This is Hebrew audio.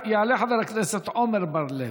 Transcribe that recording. יעלה חבר הכנסת עמר בר-לב,